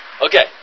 Okay